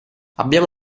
abbiamo